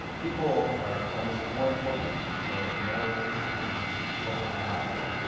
people are almost more important or more interested in what we're not doing.